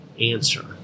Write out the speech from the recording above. answer